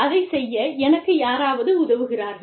அதைச் செய்ய எனக்கு யாராவது உதவுகிறார்கள்